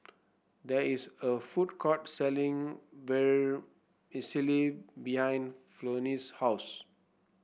there is a food court selling Vermicelli behind Flonnie's house